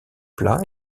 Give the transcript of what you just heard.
plats